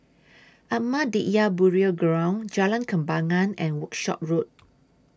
Ahmadiyya Burial Ground Jalan Kembangan and Workshop Road